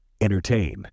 Entertain